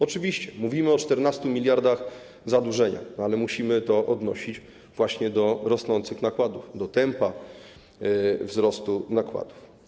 Oczywiście mówimy o 14 mld zadłużenia, ale musimy to odnosić właśnie do rosnących nakładów, do tempa wzrostu nakładów.